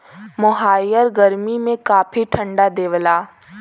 मोहायर गरमी में काफी ठंडा देवला